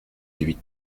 huit